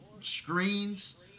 screens